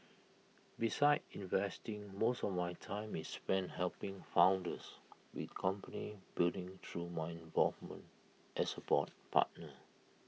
besides investing most of my time is spent helping founders with company building through my involvement as A board partner